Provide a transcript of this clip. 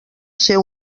ser